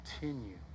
continue